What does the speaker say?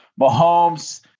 Mahomes